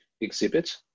exhibit